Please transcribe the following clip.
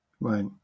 Right